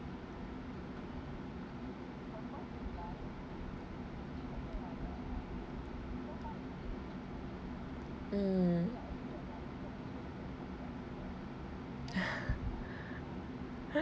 mm